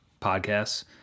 podcasts